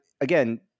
again